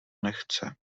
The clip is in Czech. nechce